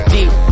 Deep